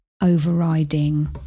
overriding